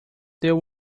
there